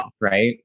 right